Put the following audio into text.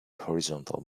horizontal